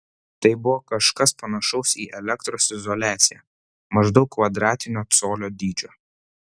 tai buvo kažkas panašaus į elektros izoliaciją maždaug kvadratinio colio dydžio